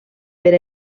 per